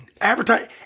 Advertise